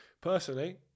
Personally